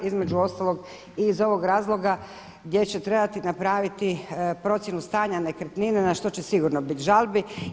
Između ostalog, i iz ovog razloga gdje će trebati napraviti procjenu stanja nekretnine na što će sigurno biti žalbi.